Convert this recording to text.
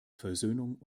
versöhnung